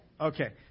Okay